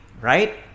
right